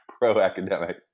pro-academic